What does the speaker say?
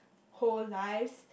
whole life